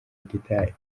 gitari